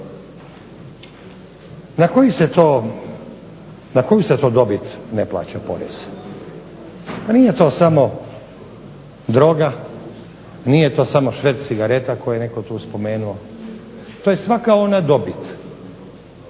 Na koju se to dobit ne plaća porez? Pa nije to samo droga, nije to samo šverc cigareta koje tu netko spomenuo. To je svaka ona dobit